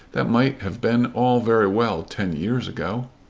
that might have been all very well ten years ago.